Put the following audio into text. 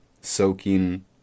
soaking